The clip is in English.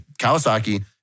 Kawasaki